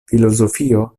filozofio